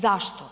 Zašto?